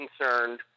concerned